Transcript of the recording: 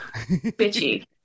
bitchy